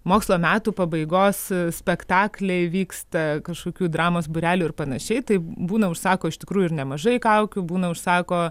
mokslo metų pabaigos spektakliai vyksta kažkokių dramos būrelių ir panašiai tai būna užsako iš tikrųjų ir nemažai kaukių būna užsako